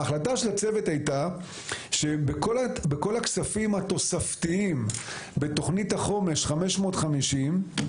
ההחלטה של הצוות הייתה שבכל הכספים התוספתיים בתוכנית החומש 550,